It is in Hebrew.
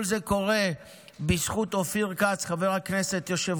כל זה קורה בזכות חבר הכנסת אופיר כץ,